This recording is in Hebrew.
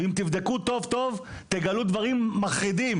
ואם תבדקו טוב טוב תגלו דברים מחרידים.